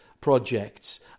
Projects